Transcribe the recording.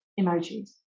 emojis